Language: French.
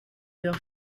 leur